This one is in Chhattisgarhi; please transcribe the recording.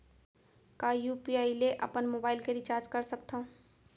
का मैं यू.पी.आई ले अपन मोबाइल के रिचार्ज कर सकथव?